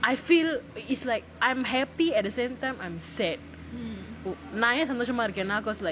I feel it's like I'm happy at the same time I'm sad நான் ஏன் சந்தோஷமா இருக்கேனா:naan yaen santhoshamaa irukaenaa like